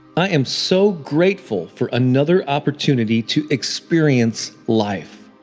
i am so grateful for another opportunity to experience life.